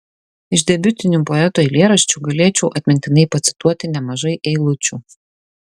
iš debiutinių poeto eilėraščių galėčiau atmintinai pacituoti nemažai eilučių